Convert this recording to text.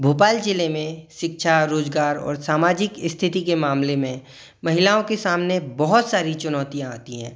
भोपाल ज़िले में शिक्षा रोज़गार और सामाजिक स्थिति के मामले में महिलाओं के सामने बहुत सारी चुनौतियाँ आती हैं